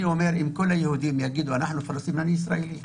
גם אם כל היהודים יגידו שאני פלסטיני, אני ישראלי.